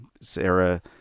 Sarah